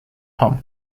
tom